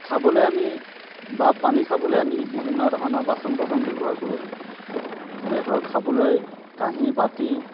খাবলৈ আমি বা পানী খাবলৈ আমি বিভিন্ন ধৰণৰ বাচন বৰ্তন ব্যৱহাৰ কৰোঁ যেনে ধৰক খাবলৈ কাঁহী বাটি